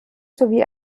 sowie